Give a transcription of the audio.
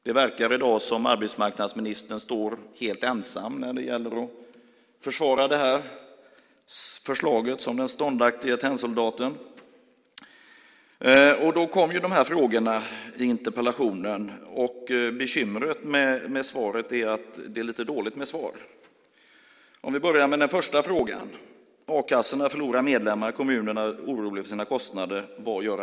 Det verkar i dag som att arbetsmarknadsministern står helt ensam som den ståndaktige tennsoldaten när det gäller att försvara det här förslaget. Då kom de här frågorna i interpellationen, och bekymret med svaret är att det är lite dåligt med svar. Om vi börjar med den första frågan: Vad gör arbetsmarknadsministern när a-kassorna förlorar medlemmar och kommunerna är oroliga för sina kostnader?